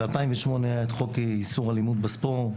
ב-2008 היה את חוק איסור אלימות בספורט.